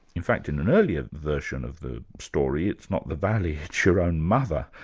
in fact in an earlier version of the story, it's not the valet, it's your own mother.